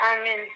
Amen